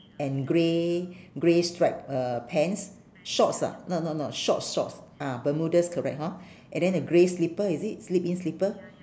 and grey grey stripe uh pants shorts ah no no no shorts shorts ah bermudas correct hor and then the grey slipper is it slip in slipper